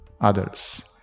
others